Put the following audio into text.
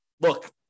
look